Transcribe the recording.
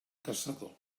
caçador